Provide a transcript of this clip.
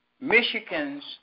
Michigan's